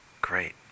great